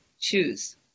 choose